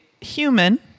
human